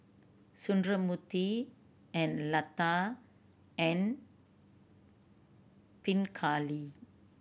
Sundramoorthy and Lata and Pingali